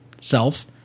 self